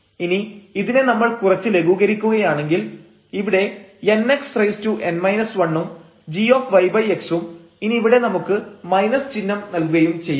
ഇനി ഇതിനെ നമ്മൾ കുറച്ച് ലഘൂകരിക്കുകയാണെങ്കിൽ ഇവിടെ nxn 1 ഉം gyx ഉം ഇനി ഇവിടെ നമുക്ക് ചിഹ്നം നൽകുകയും ചെയ്യാം